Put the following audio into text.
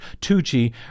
Tucci